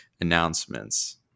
announcements